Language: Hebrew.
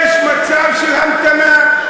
יש מצב של המתנה.